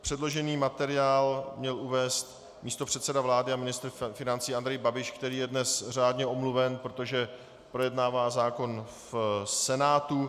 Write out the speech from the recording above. Předložený materiál měl uvést místopředseda vlády a ministr financí Andrej Babiš, který je dnes řádně omluven, protože projednává zákon v Senátu.